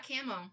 camo